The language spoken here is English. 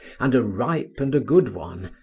and a ripe and a good one,